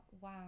wow